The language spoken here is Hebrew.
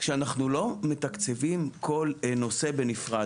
כאשר אנחנו לא מתקבצים כל נושא בנפרד.